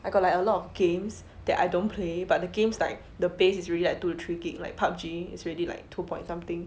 I got like a lot of games that I don't play but the games like the base is already like two three G_B like P_U_B_G it's already like two point something